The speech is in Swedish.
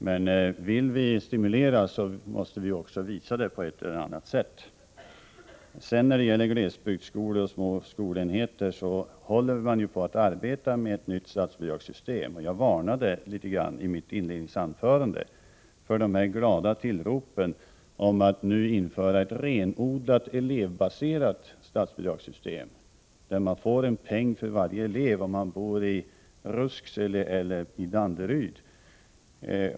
Men vill vi stimulera, måste vi också visa det på ett eller annat sätt. När det gäller glesbygdsskolor och små skolenheter arbetar regeringen på ett nytt statsbidragssystem. Jag varnade i mitt inledningsanförande litet grand för de glada tillrop med vilka man på vissa håll hälsade förslaget att nu införa ett renodlat elevbaserat statsbidragssystem, enligt vilket kommunen får en peng för varje elev, oavsett om han bor i Rusksele eller i Danderyd.